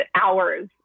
hours